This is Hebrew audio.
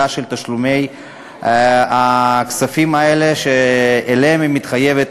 של תשלומי הכספים האלה שלהם היא מתחייבת,